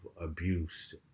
abuse